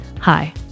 Hi